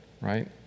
right